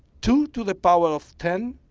two to the power of ten,